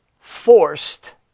forced